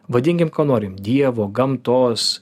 vadinkim ko norime dievo gamtos